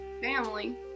family